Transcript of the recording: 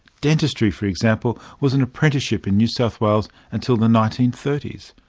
dentistry, for example, was an apprenticeship in new south wales until the nineteen thirty s.